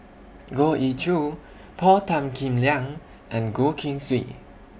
Goh Ee Choo Paul Tan Kim Liang and Goh Keng Swee